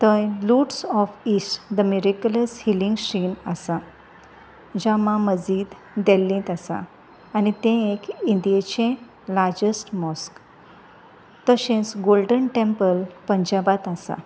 थंय loads of east the miracles healing shrine आसा ज्यामा मजीद देल्लींत आसा आनी तें एक इंडियेचें लाजस्ट मोस्क तशेंच गोल्डन टेंम्पल पंजाबात आसा